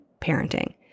parenting